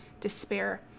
despair